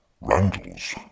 Randall's